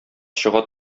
чыга